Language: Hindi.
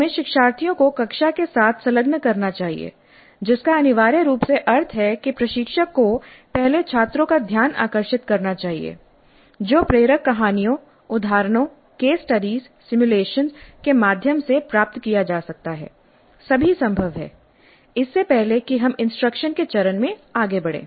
हमें शिक्षार्थियों को कक्षा के साथ संलग्न करना चाहिए जिसका अनिवार्य रूप से अर्थ है कि प्रशिक्षक को पहले छात्रों का ध्यान आकर्षित करना चाहिए जो प्रेरक कहानियों उदाहरणों case study simulation case studies simulations के माध्यम से प्राप्त किया जा सकता है सभी संभव हैं इससे पहले कि हम इंस्ट्रक्शन के चरण मैं आगे बढ़ें